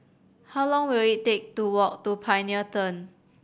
how long will it take to walk to Pioneer Turn